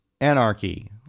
Anarchy